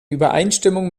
übereinstimmung